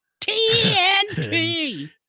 TNT